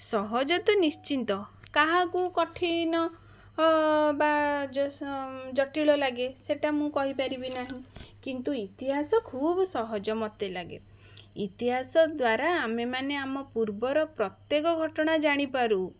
ସହଜ ତ ନିଶ୍ଚିନ୍ତ କାହାକୁ କଠିନ ଅ ବା ଜସ ଜଟିଳ ଲାଗେ ସେଇଟା ମୁଁ କହିପାରିବି ନାହିଁ କିନ୍ତୁ ଇତିହାସ ଖୁବ୍ ସହଜ ମୋତେ ଲାଗେ ଇତିହାସ ଦ୍ଵାରା ଆମେ ମାନେ ଆମ ପୂର୍ବର ପ୍ରତ୍ୟେକ ଘଟଣା ଜାଣିପାରୁ